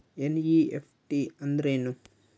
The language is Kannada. ಎನ್.ಇ.ಎಫ್.ಟಿ ಅಂದ್ರೆನು?